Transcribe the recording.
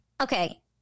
Okay